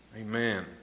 Amen